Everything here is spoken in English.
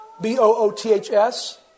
B-O-O-T-H-S